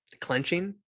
clenching